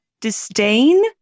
disdain